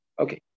okay